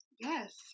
Yes